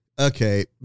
Okay